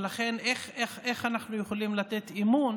ולכן איך אנחנו יכולים לתת אמון